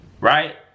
Right